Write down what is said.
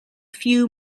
few